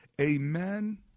Amen